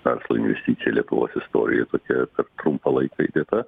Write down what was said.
verslo investicija lietuvos istorijoj tokia per trumpą laiką įdėta